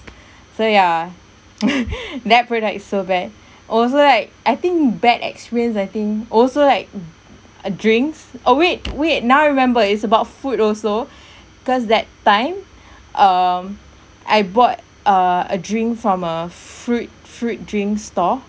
so ya that product is so bad also like I think bad experience I think also like uh drinks oh wait wait now I remember is about food also cause that time um I bought uh a drink from a fruit fruit drink stall